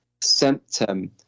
symptom